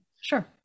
Sure